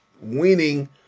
winning